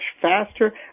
faster